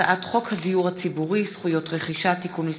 הצעת חוק הדיור הציבורי (זכויות רכישה) (תיקון מס'